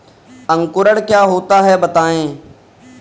अंकुरण क्या होता है बताएँ?